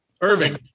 Irving